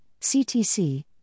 CTC